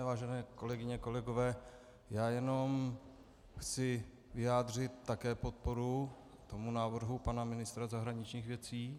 Vážené kolegyně, kolegové, já jen chci vyjádřit také podporu návrhu pana ministra zahraničních věcí.